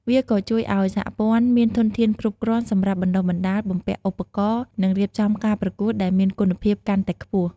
វាក៏ជួយឲ្យសហព័ន្ធមានធនធានគ្រប់គ្រាន់សម្រាប់បណ្តុះបណ្តាល បំពាក់ឧបករណ៍ និងរៀបចំការប្រកួតដែលមានគុណភាពកាន់តែខ្ពស់។